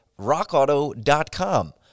rockauto.com